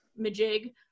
Majig